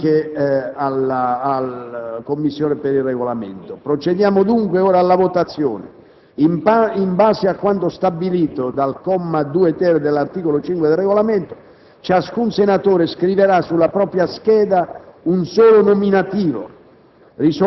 anche alla Giunta per il Regolamento. Procediamo dunque alla votazione. In base a quanto stabilito dal comma 2-*ter* dell'articolo 5 del Regolamento, ciascun senatore scriverà sulla propria scheda un solo nominativo.